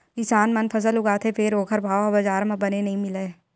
किसान मन फसल उगाथे फेर ओखर भाव ह बजार म बने नइ मिलय